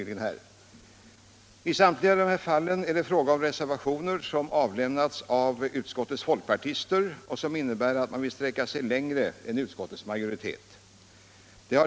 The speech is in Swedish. I samtliga dessa fall är det fråga om reservationer som avlämnats av utskottets folkpartister och som innebär att man vill sträcka sig längre än utskottets majoritet.